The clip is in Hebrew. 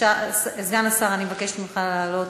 סגן השר, אני מבקשת ממך לעלות.